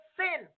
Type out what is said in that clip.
sin